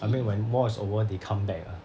I mean when war is over they come back lah